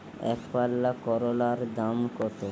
একপাল্লা করলার দাম কত?